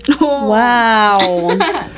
wow